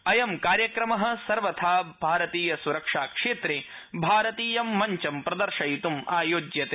अयं कार्यक्रमः सर्वथा भारतीय सुरक्षा क्षेत्रे भारतीय मञ्चं प्रदर्शयित्ं आयोज्यते